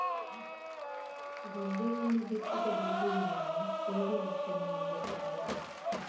ಗದ್ದೆಯಲ್ಲಿ ಬಿತ್ತಿದ ಬೀಜಗಳನ್ನು ಹೇಗೆ ರಕ್ಷಣೆ ಮಾಡುತ್ತಾರೆ?